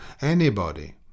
Anybody